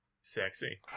Sexy